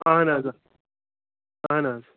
اہَن حظ اہَن حظ